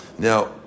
Now